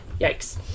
yikes